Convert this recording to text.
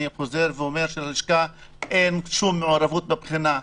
אני חוזר ואומר שללשכה אין שום מעורבות בבחינה.